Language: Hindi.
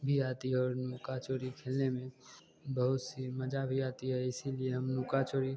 भी आती है और लुका चोरी खेलने में बहुत सी मजा भी आती है इसीलिए हम लुका चोरी